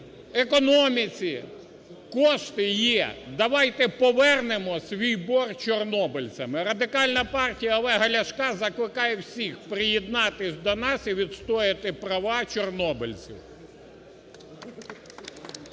економіці. Кошти є, давайте повернемо свій борг чорнобильцям. І Радикальна партія Олега Ляшка закликає всіх приєднатись до нас і відстояти права чорнобильців.